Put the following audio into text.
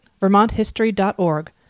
vermonthistory.org